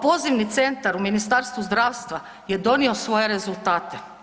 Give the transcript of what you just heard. Pozivni centar u Ministarstvu zdravstva je donio svoje rezultate.